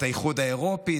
את האיחוד האירופי,